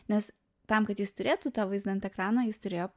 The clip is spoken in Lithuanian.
nes tam kad jis turėtų tą vaizdą ant ekrano jis turėjo